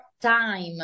time